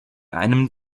einem